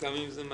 גם אם זה מהצבא.